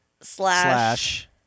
Slash